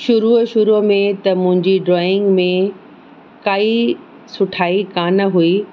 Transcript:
शुरुअ शुरूअ में त मुंहिंजी ड्रॉइंग में काई सुठाई कोन हुई